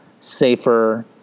safer